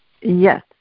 yes